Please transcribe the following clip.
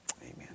Amen